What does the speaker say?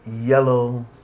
yellow